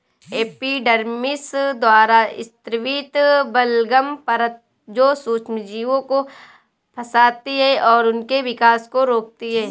epidermis द्वारा स्रावित बलगम परत जो सूक्ष्मजीवों को फंसाती है और उनके विकास को रोकती है